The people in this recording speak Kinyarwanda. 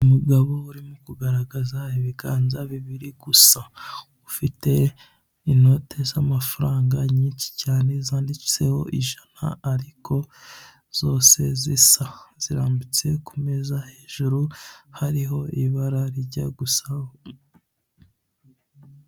Umugabo urimo kugaragaza ibiganza bibiri gusa ufite inote z'amafaranga nyinshi cyane zanditseho ijana ariko zose zisa zirambitse ku imeza hejuru hariho ibara rirya gusa.....